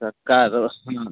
तर कार